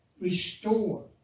restore